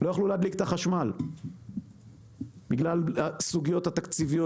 הם לא יכלו להדליק את החשמל בגלל הסוגיות התקציביות.